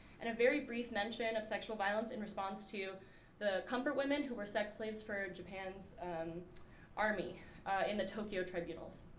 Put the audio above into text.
and a very brief mention of sexual violence in response to the comfort women, who were sex slaves for japan's army in the tokyo tribunals.